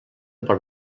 per